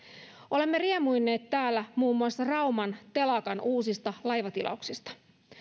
olemme riemuinneet täällä muun muassa rauman telakan uusista laivatilauksista